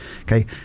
okay